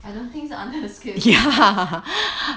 I don't think 是 under the skillsfuture